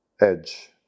edge